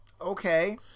Okay